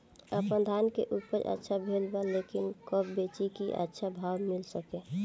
आपनधान के उपज अच्छा भेल बा लेकिन कब बेची कि अच्छा भाव मिल सके?